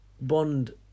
bond